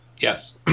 Yes